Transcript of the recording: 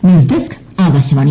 news desk Akashvani